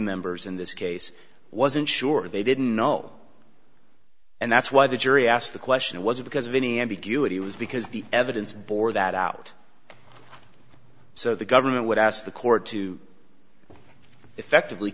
members in this case wasn't sure they didn't know and that's why the jury asked the question was it because of any ambiguity was because the evidence bore that out so the government would ask the court to effectively